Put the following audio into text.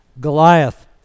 Goliath